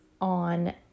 on